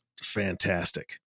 fantastic